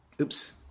Oops